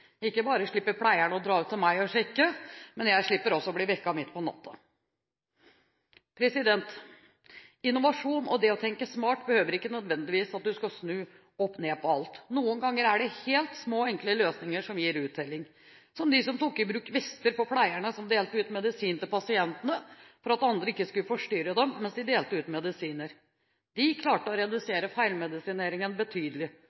ikke bare slapp pleieren å dra ut til meg for å sjekke, men jeg slapp også å bli vekket midt på natten. Innovasjon og det å tenke smart behøver nødvendigvis ikke å bety at du skal snu opp ned på alt. Noen ganger er det helt små, enkle løsninger som gir uttelling – som de som tok i bruk vester på pleierne som delte ut medisiner til pasientene, slik at andre ikke skulle forstyrre dem mens de delte ut medisiner. De klarte å redusere feilmedisineringen betydelig